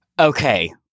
Okay